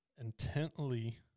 intently